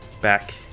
back